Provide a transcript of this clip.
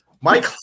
Mike